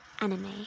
anime